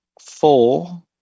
four